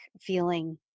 feeling